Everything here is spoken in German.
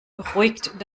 beruhigt